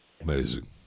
Amazing